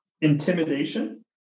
intimidation